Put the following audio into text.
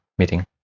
meeting